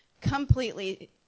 completely